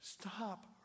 Stop